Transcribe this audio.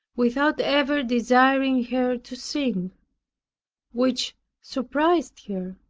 without ever desiring her to sing which surprised her,